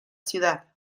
ciudad